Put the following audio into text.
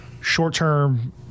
short-term